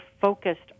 focused